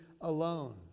alone